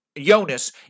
Jonas